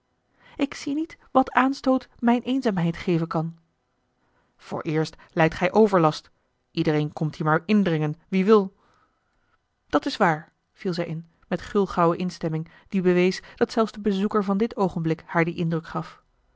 ik zie niet wat aanstoot mijne eenzaamheid geven kan vooreerst lijdt gij overlast iedereen komt hier maar indringen wie wil dat is waar viel zij in met gulgauwe instemming die bewees dat zelfs de bezoeker van dit oogenblik haar dien indruk gaf